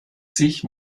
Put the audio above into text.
sich